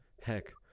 heck